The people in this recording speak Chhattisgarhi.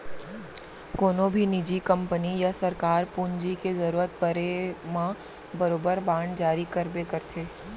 कोनों भी निजी कंपनी या सरकार पूंजी के जरूरत परे म बरोबर बांड जारी करबे करथे